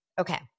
Okay